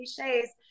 Cliches